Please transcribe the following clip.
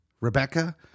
Rebecca